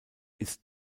ist